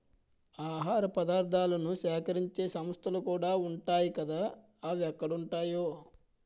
ఆహార పదార్థాలను సేకరించే సంస్థలుకూడా ఉంటాయ్ కదా అవెక్కడుంటాయో